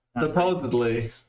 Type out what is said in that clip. Supposedly